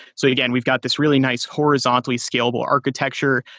so again, we've got this really nice horizontally scalable architecture.